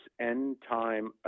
end-time